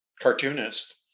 cartoonist